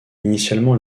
initialement